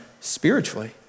spiritually